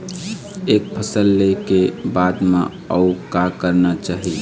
एक फसल ले के बाद म अउ का करना चाही?